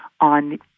on